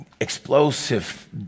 explosive